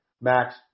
Max